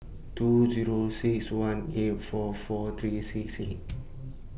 two Zero six one eight four four three six six